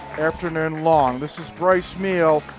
afternoon long. this is bryce meehl,